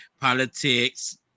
politics